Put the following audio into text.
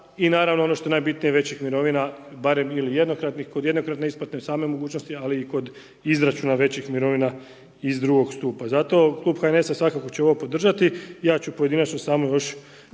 i naravno ono što je najbitnije većih mirovina, barem ili jednokratnih, kod jednokratne isplate same mogućnosti ali i kod izračuna većih mirovina iz drugog stupa. Zato Klub HNS-a svakako će ovo podržati i ja ću pojedinačno samo još